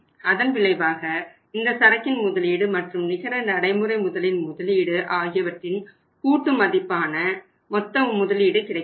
அதன் விளைவாக இந்த சரக்கின் முதலீடு மற்றும் நிகர நடைமுறை முதலின் முதலீடு ஆகியவற்றின் கூட்டு மதிப்பான மொத்த முதலீடு கிடைக்கிறது